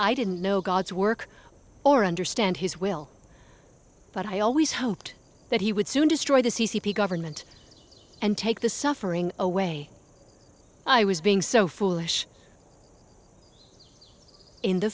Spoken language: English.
i didn't know god's work or understand his will but i always hoped that he would soon destroy the government and take the suffering away i was being so foolish in the